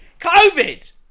COVID